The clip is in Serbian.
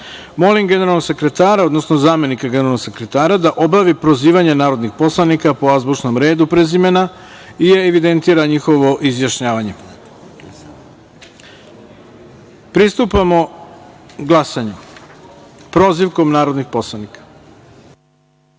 generalnog sekretara, odnosno zamenika generalnog sekretara da obavi prozivanje narodnih poslanika po azbučnom redu prezimena i evidentira njihovo izjašnjavanje. Pristupamo glasanju prozivkom narodnih poslanika.